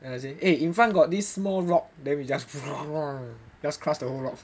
then I say eh in front got this small rock then we just just crush the whole rock